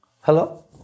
Hello